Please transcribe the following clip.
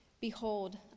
Behold